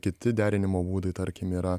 kiti derinimo būdai tarkim yra